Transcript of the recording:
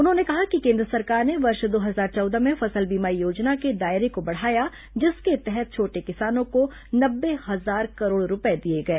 उन्होंने कहा कि केंद्र सरकार ने वर्ष दो हजार चौदह में फसल बीमा योजना के दायरे को बढ़ाया जिसके तहत छोटे किसानों को नब्बे हजार करोड़ रुपये दिए गए